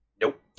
Nope